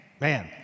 man